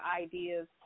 ideas